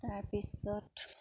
তাৰপিছত